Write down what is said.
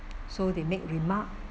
so they make remark